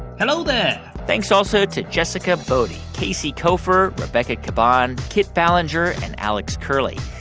hello there thanks also to jessica boddy, casey koeffer, rebecca caban, kit ballenger and alex curley.